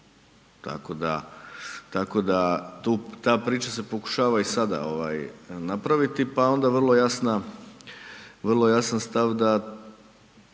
tako da ta priča se pokušava i sada napraviti pa onda vrlo jasan stav da